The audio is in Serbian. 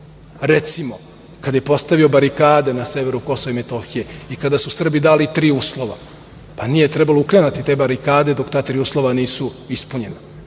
Recimo, kad je postavio barikade na severu KiM i kada su Srbi dali tri uslova, nije trebalo uklanjati te barikade dok ta tri uslova nisu ispunjena,